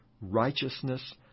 righteousness